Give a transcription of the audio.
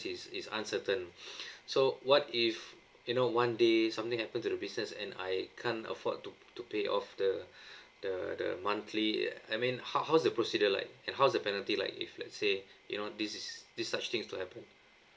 is is uncertain so what if you know one day something happened to the business and I can't afford to to pay off the the the monthly I mean how how's the procedure like and how's the penalty like if let's say you know this is this such things to happen